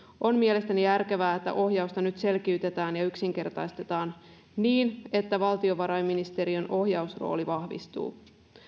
on mielestäni järkevää että ohjausta nyt selkiytetään ja yksinkertaistetaan niin että valtiovarainministeriön ohjausrooli vahvistuu